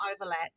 overlap